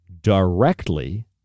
directly